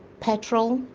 petrol,